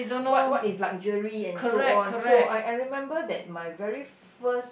what what is luxury and so on so I I remember that my very first